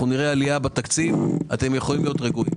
נראה עלייה בתקציב, תהיו רגועים.